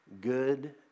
good